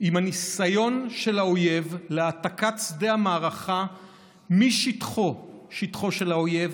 עם הניסיון של האויב להעתקת שדה המערכה משטחו שטחו של האויב,